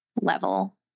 level